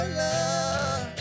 love